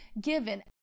given